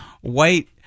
white